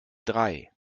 drei